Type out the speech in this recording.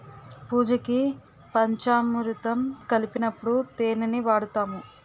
పూజకి పంచామురుతం కలిపినప్పుడు తేనిని వాడుతాము